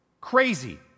Crazy